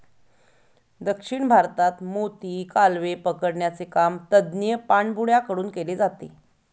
दक्षिण भारतात मोती, कालवे पकडण्याचे काम तज्ञ पाणबुड्या कडून केले जाते